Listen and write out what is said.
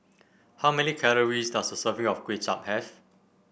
how many calories does a serving of Kway Chap have